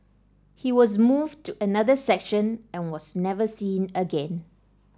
he was moved to another section and was never seen again